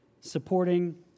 supporting